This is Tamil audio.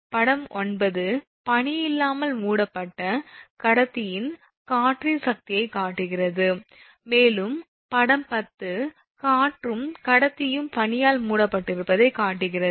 எனவே படம் 9 பனி இல்லாமல் மூடப்பட்ட கடத்தியில் காற்றின் சக்தியைக் காட்டுகிறது மேலும் படம் 10 காற்றும் கடத்தியும் பனியால் மூடப்பட்டிருப்பதைக் காட்டுகிறது